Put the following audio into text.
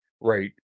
right